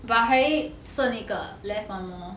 but 黑色那个 left one lor